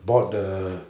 bought the